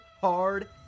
hard